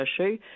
issue